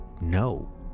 no